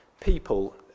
people